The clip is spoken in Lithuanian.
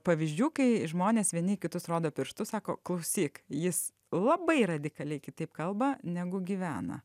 pavyzdžių kai žmonės vieni į kitus rodo pirštu sako klausyk jis labai radikaliai kitaip kalba negu gyvena